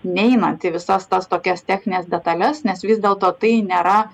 neinanti į visas tas tokias technines detales nes vis dėlto tai nėra